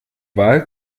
wahl